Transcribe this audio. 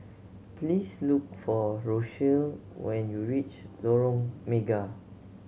please look for Rochelle when you reach Lorong Mega